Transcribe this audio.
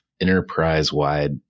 enterprise-wide